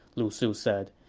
lu su said.